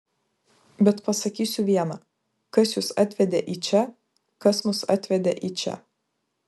bet pasakysiu viena kas jus atvedė į čia kas mus atvedė į čia